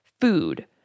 food